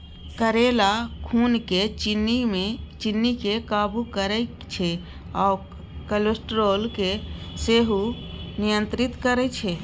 करेला खुनक चिन्नी केँ काबु करय छै आ कोलेस्ट्रोल केँ सेहो नियंत्रित करय छै